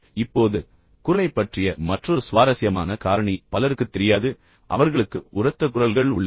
இப்போது குரலைப் பற்றிய மற்றொரு சுவாரஸ்யமான காரணி பலருக்குத் தெரியாது அவர்களுக்கு உரத்த குரல்கள் உள்ளன